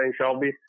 Shelby